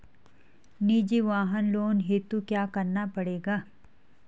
निजी वाहन लोन हेतु क्या करना पड़ेगा?